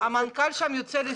המנכ"ל שם יוצא לסיור.